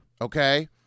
Okay